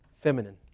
feminine